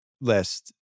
list